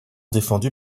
défendu